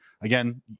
Again